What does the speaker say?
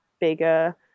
bigger